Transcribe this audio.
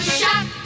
shock